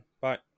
bye